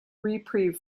reprieve